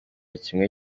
kimwe